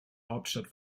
hauptstadt